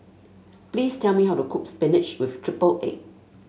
please tell me how to cook spinach with triple egg